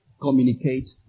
communicate